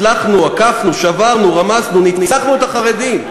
הצלחנו, עקפנו, שברנו, רמסנו, ניצחנו את החרדים.